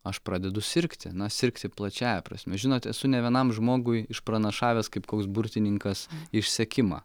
aš pradedu sirgti na sirgti plačiąja prasme žinot esu ne vienam žmogui išpranašavęs kaip koks burtininkas išsekimą